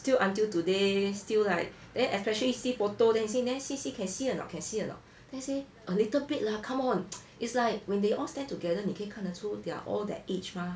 still until today still like then especially see photo then he say neh see see can see or not can see or not let's say a little bit lah come on it's like when they all stand together 你可以看得出 they're all that age mah